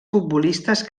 futbolistes